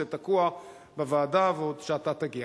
זה תקוע בוועדה ואתה עוד תגיע.